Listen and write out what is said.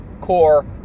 Core